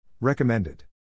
Recommended